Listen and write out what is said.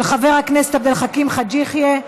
של חבר הכנסת עבד אל חכים חאג' יחיא.